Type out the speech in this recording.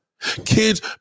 Kids